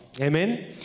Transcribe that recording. Amen